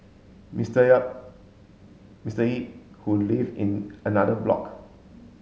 Mister Yap Mister Yip who lived in another block